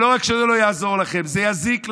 לא רק שזה לא יעזור לכם, זה יזיק לכם.